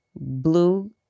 Blue